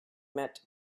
met